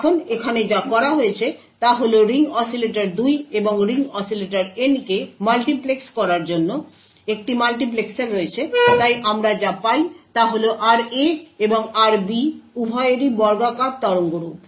এখন এখানে যা করা হয়েছে তা হল রিং অসিলেটর 2 এবং রিং অসিলেটর N কে মাল্টিপ্লেক্স করার জন্য একটি মাল্টিপ্লেক্সার রয়েছে তাই আমরা যা পাই তা হল RA এবং RB উভয়েরই বর্গাকার তরঙ্গরূপ